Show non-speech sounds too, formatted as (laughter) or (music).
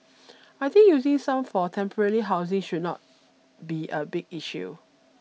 (noise) I think using some for temporary housing should not be a big issue